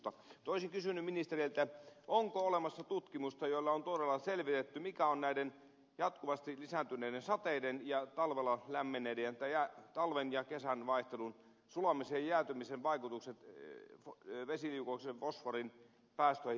olisin kysynyt ministeriltä onko olemassa tutkimusta jolla on todella selvitetty mitkä ovat näiden jatkuvasti lisääntyneiden sateiden ja lämmenneiden talvien talven ja kesän vaihtelun sulamisen ja jäätymisen vaikutukset vesiliukoisen fosforin päästöihin vesistöihin